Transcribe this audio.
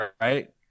right